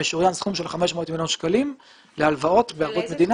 משוריין סכום של 500 מיליון שקלים להלוואות בערבות מדינה.